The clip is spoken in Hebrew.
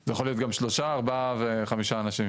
זה יכול להיות גם שלושה, ארבעה, או חמישה אנשים.